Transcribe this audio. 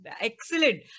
Excellent